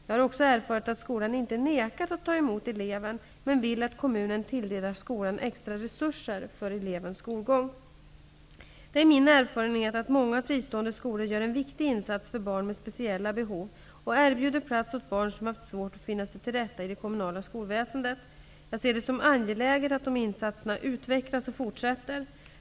Jag har också erfarit att skolan inte nekat att ta emot eleven men vill att kommunen tilldelar skolan extra resurser för elevens skolgång. Det är min erfarenhet att många fristående skolor gör en viktig insats för barn med speciella behov och erbjuder plats åt barn som haft svårt att finna sig till rätta i det kommunala skolväsendet. Jag ser det som angeläget att de insatserna utvecklas och fortsätter.